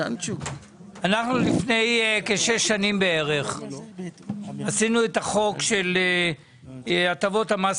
לפני כשש שנים חוקקנו את החוק של הטבות המס